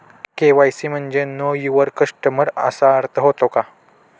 KYC म्हणजे know your customer असा अर्थ होतो का?